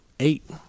eight